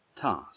task